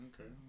okay